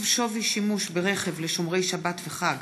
שווי שימוש ברכב לשומרי שבת וחג),